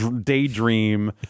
daydream